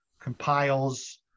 compiles